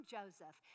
Joseph